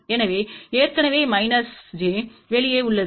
எனவே ஏற்கனவே minus j வெளியே உள்ளது